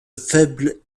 faible